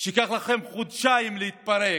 שייקח לכם חודשיים להתפרק,